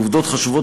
העובדות חשובות,